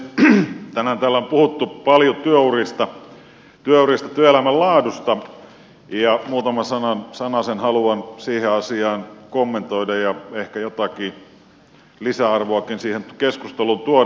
tänään täällä on puhuttu paljon työurista työelämän laadusta ja muutaman sanasen haluan siihen asiaan kommentoida ja ehkä jotakin lisäarvoakin siihen keskusteluun tuoda